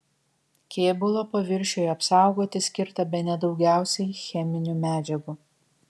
kėbulo paviršiui apsaugoti skirta bene daugiausiai cheminių medžiagų